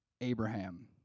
Abraham